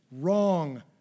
Wrong